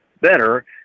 better